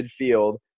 midfield